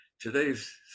Today's